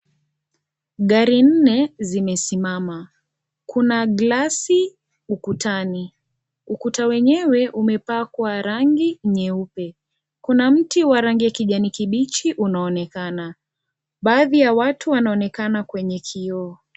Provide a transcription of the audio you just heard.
Gari nne zimesimama, kuna glasi ukutani, ukuta wenyewe umepakwa rangi nyeupe, kuna miti wa rangi ya kijani kibichi unaonekana baadhi ya watu wanaonekana kwenye kioo.